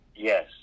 Yes